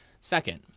Second